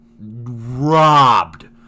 robbed